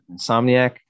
Insomniac